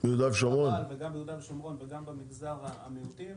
ביהודה ושומרון וגם במגזר המיעוטים,